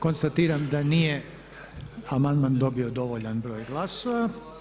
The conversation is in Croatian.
Konstatiram da nije amandman dobio dovoljan broj glasova.